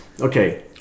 okay